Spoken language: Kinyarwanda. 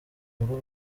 rwo